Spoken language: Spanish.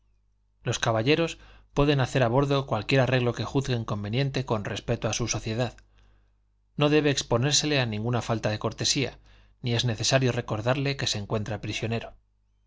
los caballeros pueden hacer a bordo cualquier arreglo que juzguen conveniente con respecto a su sociedad no debe exponérsele a ninguna falta de cortesía ni es necesario recordarle que se encuentra prisionero